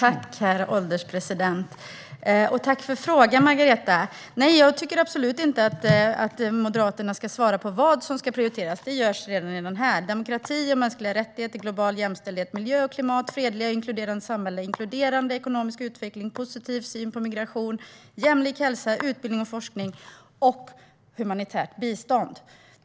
Herr ålderspresident! Tack för frågan, Margareta! Nej, jag tycker absolut inte att Moderaterna ska svara på vad som ska prioriteras. Det görs redan i skrivelsen. Våra prioriteringar är demokrati, mänskliga rättigheter, global jämställdhet, miljö och klimat, fredliga och inkluderande samhällen, inkluderande ekonomisk utveckling, positiv syn på migration, jämlik hälsa, utbildning och forskning samt humanitärt bistånd.